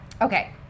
Okay